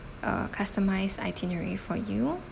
uh customised itinerary for you